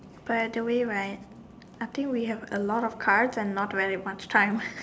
by the right I think we have a lot of cards and not very much time